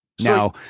Now